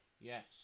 Yes